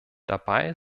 dabei